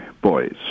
boys